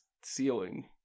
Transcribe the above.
ceiling